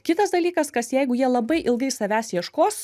kitas dalykas kas jeigu jie labai ilgai savęs ieškos